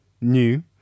New